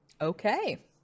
okay